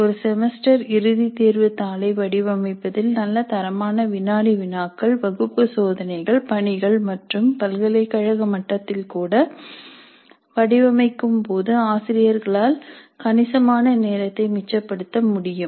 ஒரு செமஸ்டர் இறுதி தேர்வுத் தாளை வடிவமைப்பதில் நல்ல தரமான வினாடி வினாக்கள் வகுப்பு சோதனைகள் பணிகள் மற்றும் பல்கலைக்கழக மட்டத்தில் கூட வடிவமைக்கும்போது ஆசிரியர்களால் கணிசமான நேரத்தை மிச்சப்படுத்த முடியும்